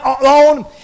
alone